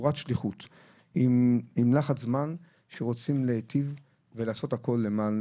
עם לחץ זמן שרוצים להיטיב ולעשות הכול למען